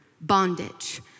bondage